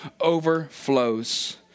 overflows